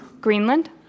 Greenland